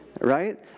right